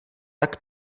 tak